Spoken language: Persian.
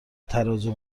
ترازو